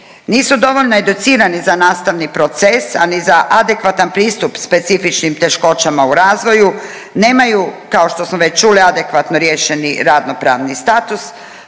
Nisu dovoljno educirani za nastavni proces, a ni za adekvatan pristup specifičnim teškoćama u razvoju, nemaju, kao što smo već čuli, adekvatno riješeni radnopravni status,